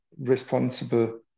responsible